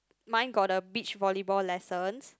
mine got the beach volleyball lessons